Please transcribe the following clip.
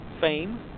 fame